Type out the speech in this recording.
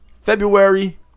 February